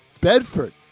Bedford